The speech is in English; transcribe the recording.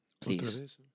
please